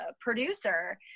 producer